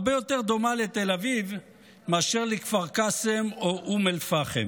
הרבה יותר דומה לתל אביב מאשר לכפר קאסם או אום אל-פחם,